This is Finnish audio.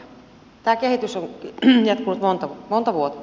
tämä kehitys on jatkunut monta vuotta